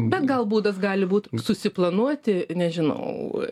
bet gal būdas gali būt susiplanuoti nežinau